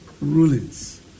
rulings